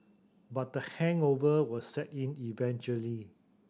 but the hangover will set in eventually